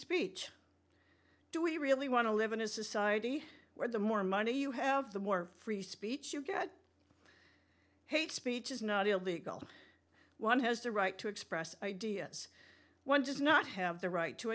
speech do we really want to live in a society where the more money you have the more free speech you get hate speech is not illegal one has the right to express ideas one does not have the right to